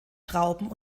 trauben